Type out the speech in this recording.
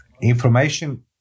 Information